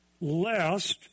lest